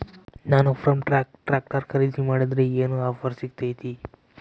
ನಾನು Farmtrac tractor ಖರೇದಿ ಮಾಡಿದ್ರೆ ಏನು ಆಫರ್ ಸಿಗ್ತೈತಿ?